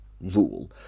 rule